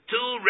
Two